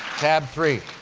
tab three.